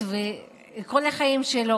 התחלתי לחפש,